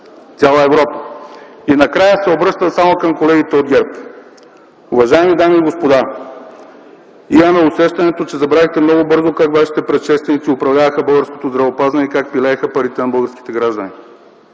цяла Европа. Накрая се обръщам само към колегите от ГЕРБ: уважаеми дами и господа, имаме усещането, че забравихте много бързо как вашите предшественици управляваха българското здравеопазване и как пилееха парите на българските граждани.